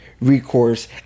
recourse